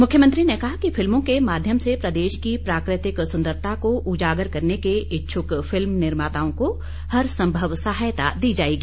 मुख्यमंत्री ने कहा कि फिल्मों के माध्यम से प्रदेश की प्राकृतिक सुन्दरता को उजागर करने के इच्छुक फिल्म निर्माताओं को हर संभव सहायता दी जाएगी